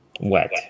Wet